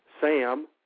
Sam